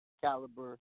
caliber